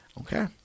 Okay